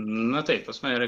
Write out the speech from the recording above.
na taip pas mane yra